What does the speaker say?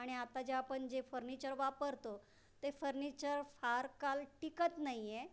आणि आता ज्या आपण जे फर्निचर वापरतो ते फर्निचर फार काळ टिकत नाही आहे